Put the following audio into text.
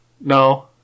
No